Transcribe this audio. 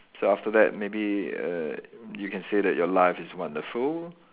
so after that maybe err you can say that your life is wonderful